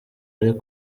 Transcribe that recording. ari